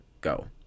go